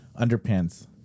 underpants